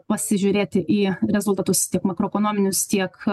pasižiūrėti į rezultatus tiek makroekonominius tiek